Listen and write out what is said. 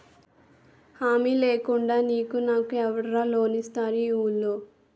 హామీ లేకుండా నీకు నాకు ఎవడురా లోన్ ఇస్తారు ఈ వూళ్ళో?